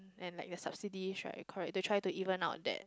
and like the subsidize right correct to try to even out that